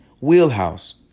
wheelhouse